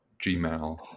Gmail